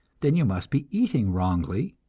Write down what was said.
then you must be eating wrongly,